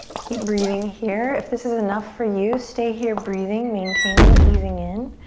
keep breathing here, if this is enough for you, stay here breathing, maintaining easing in.